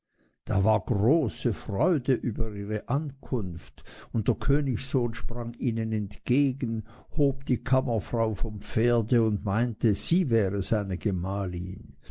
da war große freude über ihre ankunft und der königssohn sprang ihnen entgegen hob die kammerfrau vom pferde und meinte sie wäre seine gemahlin